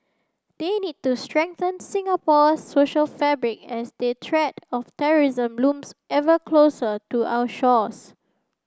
they need to strengthen Singapore's social fabric as they threat of terrorism looms ever closer to our shores